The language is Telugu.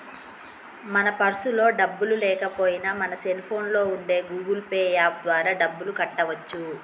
మన పర్సులో డబ్బులు లేకపోయినా మన సెల్ ఫోన్లో ఉండే గూగుల్ పే యాప్ ద్వారా డబ్బులు కట్టవచ్చు